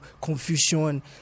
confusion